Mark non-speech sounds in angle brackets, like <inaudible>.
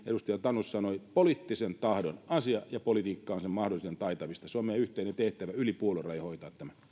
<unintelligible> edustaja tanus sanoi poliittisen tahdon asia ja politiikka on mahdollisen taitamista on meidän yhteinen tehtävämme yli puoluerajojen